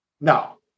No